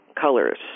colors